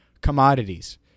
commodities